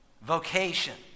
Vocation